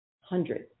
hundreds